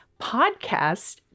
podcast